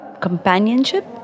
companionship